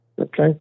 Okay